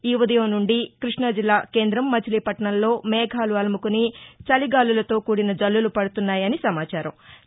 ఈ ఉదయం నుండి కృష్ణాజిల్లా కేంద్రం మచిలీపట్టణం లో మేఘాలు అలుముకుని చలిగాలులతో కూడిన జల్లులు పడుతున్నాయని సమాచారం అందింది